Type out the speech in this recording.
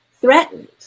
threatened